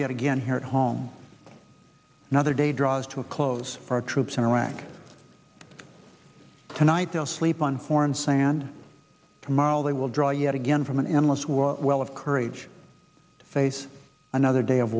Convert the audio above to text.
yet again here at home another day draws to a close for troops in iraq tonight they'll sleep on foreign sand tomorrow they will draw yet again from an endless war well of courage to face another day of